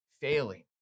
Failing